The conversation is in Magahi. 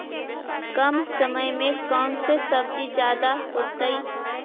कम समय में कौन से सब्जी ज्यादा होतेई?